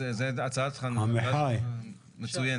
אז ההצעה שלך מצוינת.